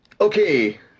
Okay